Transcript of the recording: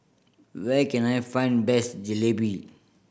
where can I find best Jalebi